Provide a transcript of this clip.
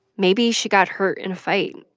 maybe she got hurt in a fight.